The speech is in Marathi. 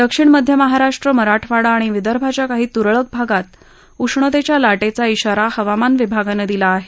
दक्षिण मध्य महाराष्ट्र मराठवाडा आणि विदर्भाच्या काही तुरळक भागात उष्णतेच्या लाटेचा खाारा हवामान विभागानं दिला आहे